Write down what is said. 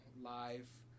life